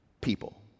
People